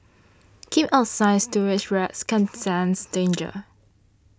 keep out sign Sewer rats can sense danger